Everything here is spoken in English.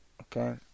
okay